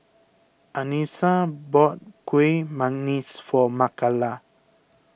Anissa bought Kuih Manggis for Makala